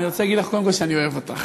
אני רוצה להגיד לך קודם כול שאני אוהב אותך,